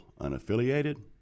unaffiliated